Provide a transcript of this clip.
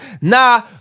nah